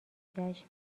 جشن